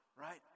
right